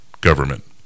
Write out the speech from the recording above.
government